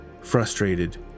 Frustrated